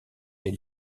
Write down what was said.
les